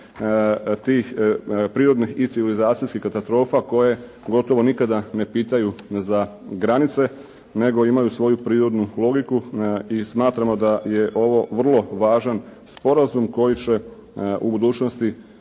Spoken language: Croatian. tih prirodnih i civilizacijskih katastrofa koje gotovo nikada ne pitaju za granice, nego imaju svoju prirodnu logiku. I smatramo da je ovo vrlo važan sporazum koji će u budućnosti